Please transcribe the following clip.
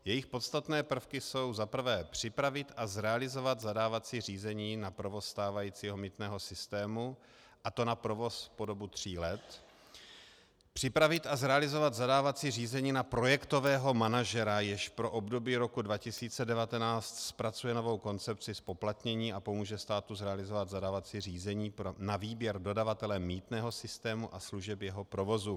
Jejich podstatné prvky jsou za prvé připravit a zrealizovat zadávací řízení na provoz stávajícího mýtného systému, a to na provoz po dobu tří let, připravit a zrealizovat zadávací řízení na projektového manažera, jež pro období roku 2019 zpracuje novou koncepci zpoplatnění a pomůže státu zrealizovat zadávací řízení na výběr dodavatele mýtného systému a služeb jeho provozu.